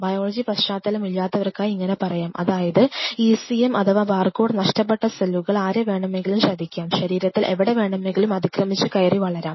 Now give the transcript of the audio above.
biology പശ്ചാത്തലം ഇല്ലാത്തവർക്കായി ഇങ്ങനെ പറയാം അതായത് ECM അഥവാ ബാർകോഡ് നഷ്ടപ്പെട്ട സെല്ലുകൾ ആരെ വേണമെങ്കിലും ചതിക്കാം ശരീരത്തിൽ എവിടെ വേണമെങ്കിലും അതിക്രമിച്ചു കയറി വളരാം